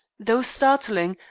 though startling,